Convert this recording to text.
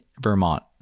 Vermont